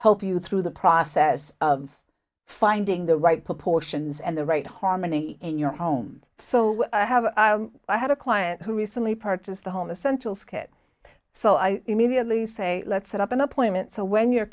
help you through the process of finding the right proportions and the right harmony in your home so i have i had a client who recently purchased a home essential skitt so i immediately say let's set up an appointment so when you